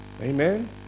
Amen